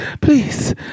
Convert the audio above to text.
please